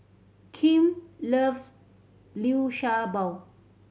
Kim loves Liu Sha Bao